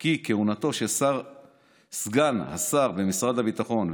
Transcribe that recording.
כי כהונתו של סגן השר במשרד הביטחון,